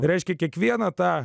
reiškia kiekvieną tą